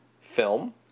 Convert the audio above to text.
film